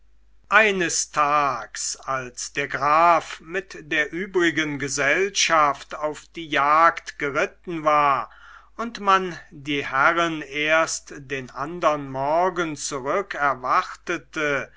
eines tags als der graf mit der übrigen gesellschaft auf die jagd geritten war und man die herren erst den andern morgen